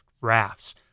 rafts